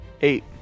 eight